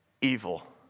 evil